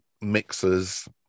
mixers